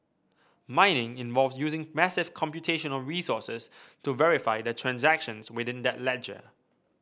mining involve using massive computational resources to verify the transactions within that ledger